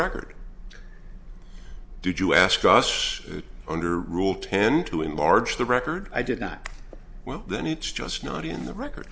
record did you ask us to under rule ten to enlarge the record i did not well the needs just not in the record